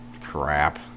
crap